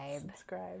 Subscribe